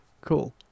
Cool